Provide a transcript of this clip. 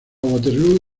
waterloo